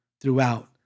throughout